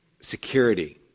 security